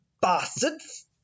Bastards